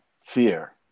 fear